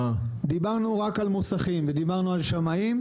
דיברנו רק על מוסכים ועל שמאים,